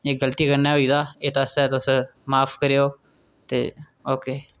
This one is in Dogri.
एह् गलती कन्नै होई दा एह्दे आस्तै तुस माफ़ करेओ ते ओके